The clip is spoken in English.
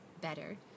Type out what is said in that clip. better